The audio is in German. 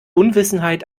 unwissenheit